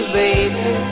baby